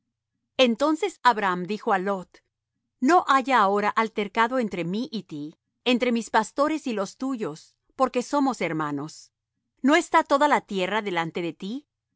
entonces abram dijo á lot no haya ahora altercado entre mí y ti entre mis pastores y los tuyos porque somos hermanos no está toda la tierra delante de ti